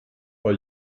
bei